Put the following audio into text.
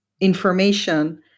information